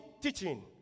teaching